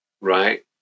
right